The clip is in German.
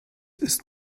ist